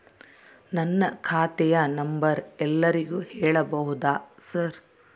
ನನ್ನ ಖಾತೆಯ ನಂಬರ್ ಎಲ್ಲರಿಗೂ ಹೇಳಬಹುದಾ ಸರ್?